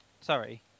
sorry